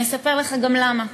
אני אספר לך גם למה: